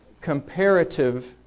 comparative